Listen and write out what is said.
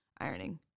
ironing